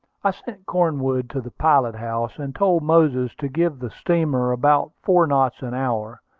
i sent cornwood to the pilot-house, and told moses to give the steamer about four knots an hour,